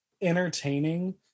entertaining